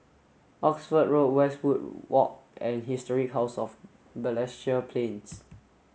Oxford Road Westwood Walk and Historic House of Balestier Plains